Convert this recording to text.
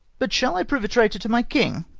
but shall i prove a traitor to my king?